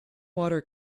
water